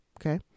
okay